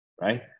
right